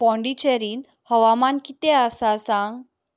पाँडिचॅरीन हवामान कितें आसा सांग